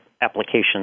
applications